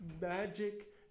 magic